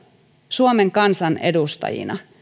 suomen kansan edustajina